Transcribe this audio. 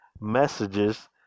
messages